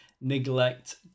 neglect